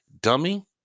dummy